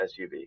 SUV